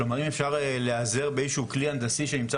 כלומר אם אפשר להיעזר באיזשהו כלי הנדסי שנמצא